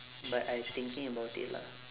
but I thinking about it lah